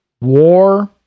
War